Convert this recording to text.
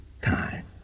time